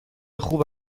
خوب